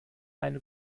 eine